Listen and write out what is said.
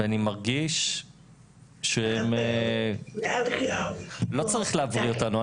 ואני מרגיש שלא צריך להבריא אותנו,